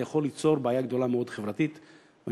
וזה יכול ליצור בעיה חברתית גדולה מאוד,